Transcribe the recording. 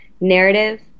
narrative